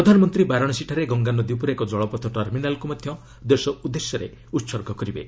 ପ୍ରଧାନମନ୍ତ୍ରୀ ବାରାଣସୀଠାରେ ଗଙ୍ଗାନଦୀ ଉପରେ ଏକ ଜଳପଥ ଟର୍ମିନାଲ୍କୁ ମଧ୍ୟ ଦେଶ ଉଦ୍ଦେଶ୍ୟରେ ଉତ୍ଗର୍ଗ କରିବେ